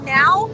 now